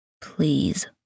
Please